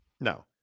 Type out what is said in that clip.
no